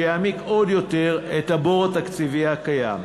שיעמיק עוד יותר את הבור התקציבי הקיים.